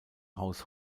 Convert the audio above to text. haus